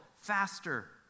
faster